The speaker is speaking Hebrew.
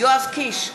יואב קיש,